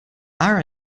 are